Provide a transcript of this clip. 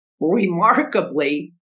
remarkably